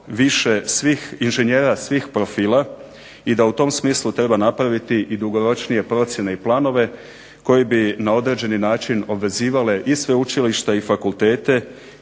više svih inženjera svih profila, i da u tom smislu treba napraviti dugoročnije planove koji bi na određeni način obvezivale i sveučilišta i fakultete